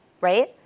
right